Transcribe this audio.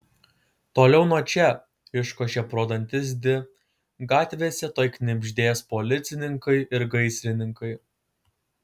toliau nuo čia iškošė pro dantis di gatvėse tuoj knibždės policininkai ir gaisrininkai